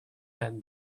than